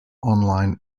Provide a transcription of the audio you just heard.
online